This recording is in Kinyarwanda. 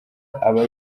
aba